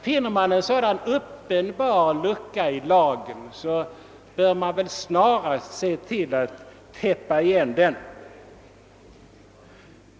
När man finner en sådan uppenbar lucka i lagen måste man snarast tillse att den täpps igen.